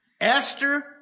Esther